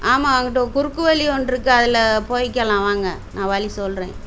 ஆமாம் அங்கிட்டு குறுக்கு வழி ஒன்றிருக்கு அதில் போயிக்கலாம் வாங்க நான் வழி சொல்கிறேன்